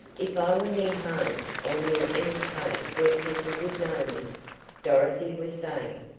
if i were near home or near any place where people would know me dorothy was saying.